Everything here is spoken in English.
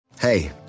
Hey